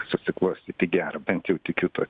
susiklostyt į gerą bent jau tikiu tuo